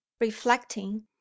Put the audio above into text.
reflecting